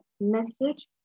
message